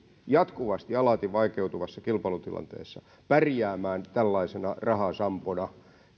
jatkuvasti alati vaikeutuvassa kilpailutilanteessa pärjäämään tällaisena rahasampona